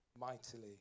mightily